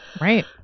Right